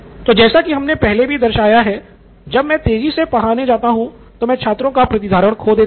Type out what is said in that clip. तो जैसा ही हमने पहले भी दर्शाया है कि जब मैं तेजी से पढ़ाने जाता हूं तो मैं छात्रों का प्रतिधारण खो देता हूँ